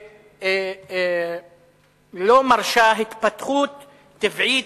שלא מרשה התפתחות טבעית,